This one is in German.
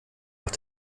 nach